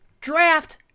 draft